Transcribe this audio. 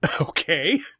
Okay